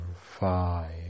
five